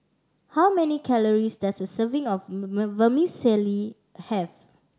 how many calories does a serving of Vermicelli have